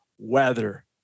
weather